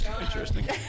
interesting